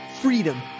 freedom